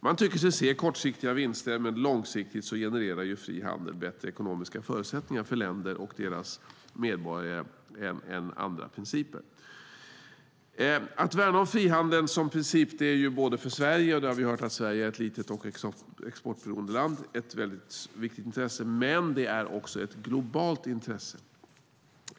Man tycker sig se kortsiktiga vinster. Men långsiktigt genererar frihandeln bättre ekonomiska förutsättningar för länder och deras medborgare än andra principer. Att värna om frihandeln som princip är för Sverige ett väldigt viktigt intresse, och vi har hört att Sverige är ett litet och exportberoende land. Men det är också ett globalt intresse.